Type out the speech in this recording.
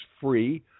free